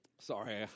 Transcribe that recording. Sorry